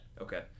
Okay